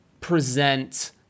present